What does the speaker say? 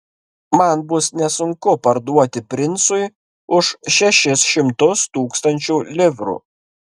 man bus nesunku parduoti princui už šešis šimtus tūkstančių livrų